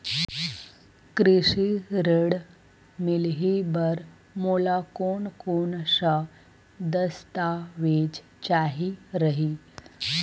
कृषि ऋण मिलही बर मोला कोन कोन स दस्तावेज चाही रही?